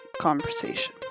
Conversation